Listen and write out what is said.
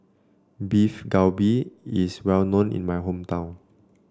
Beef Galbi is well known in my hometown